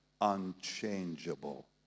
unchangeable